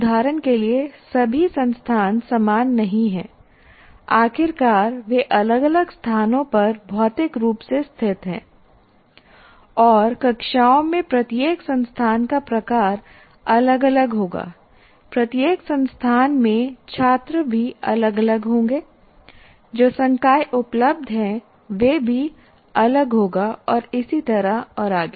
उदाहरण के लिए सभी संस्थान समान नहीं हैं आखिरकार वे अलग अलग स्थानों पर भौतिक रूप से स्थित हैं और कक्षाओं में प्रत्येक संस्थान का प्रकार अलग अलग होगा प्रत्येक संस्थान में छात्र भी अलग अलग होंगे जो संकाय उपलब्ध हैं वे भी अलग होगा और इसी तरह और आगे